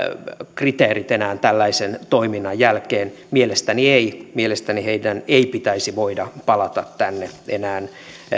kriteerit enää tällaisen toiminnan jälkeen mielestäni eivät mielestäni heidän ei pitäisi voida palata tänne enää